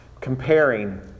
comparing